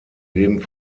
leben